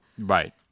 Right